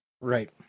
right